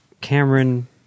Cameron